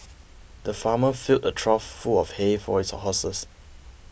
the farmer filled a trough full of hay for his horses